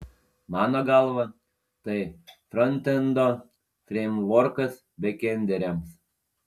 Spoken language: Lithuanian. mano galva tai frontendo freimvorkas bekenderiams